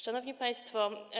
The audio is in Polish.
Szanowni Państwo!